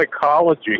psychology